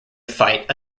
fight